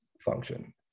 function